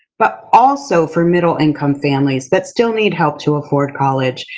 but also for middle income families that still need help to afford college.